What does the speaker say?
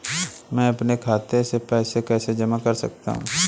मैं अपने खाते में पैसे कैसे जमा कर सकता हूँ?